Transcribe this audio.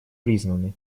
признаны